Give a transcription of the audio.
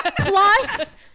plus